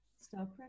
Stop